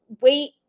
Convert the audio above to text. wait